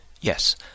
Yes